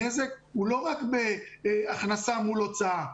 הנזק הוא לא רק בהכנסה מול הוצאה.